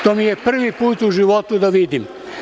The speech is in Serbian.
To mi je prvi put u životu da vidim.